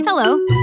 Hello